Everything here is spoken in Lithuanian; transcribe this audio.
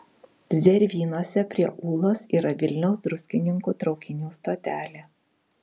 zervynose prie ūlos yra vilniaus druskininkų traukinių stotelė